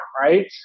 right